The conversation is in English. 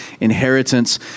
inheritance